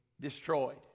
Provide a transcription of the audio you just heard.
destroyed